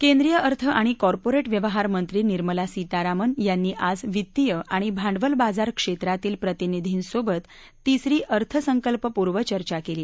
केंद्रीय अर्थ आणि कॉर्पोरेटर व्यवहार मंत्री निर्मला सीतारामन यांनी आज वित्तीय आणि भांडवल बाजार क्षेत्रातील प्रतिनिधींसोबत तिसरी अर्थसंकल्प पूर्व चर्चा केली